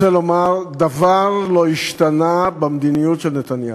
רוצה לומר, דבר לא השתנה במדיניות של נתניהו.